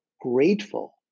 grateful